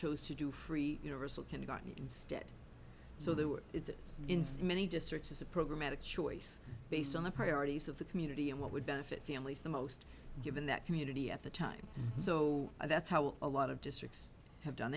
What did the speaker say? chose to do free universal can you got me instead so they were it instead many districts as a program had a choice based on the priorities of the community and what would benefit families the most given that community at the time so that's how a lot of districts have done